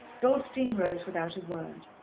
goldstein rose without a word.